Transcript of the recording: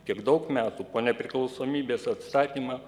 kiek daug metų po nepriklausomybės atstatymo